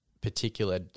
particular